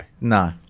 No